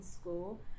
school